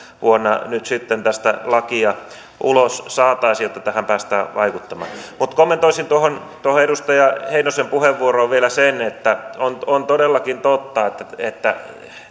vuonna nyt sitten tästä lakia ulos saataisiin jotta tähän päästään vaikuttamaan mutta kommentoisin tuohon tuohon edustaja heinosen puheenvuoroon vielä sen että on on todellakin totta että että